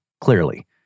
clearly